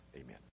Amen